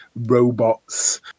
robots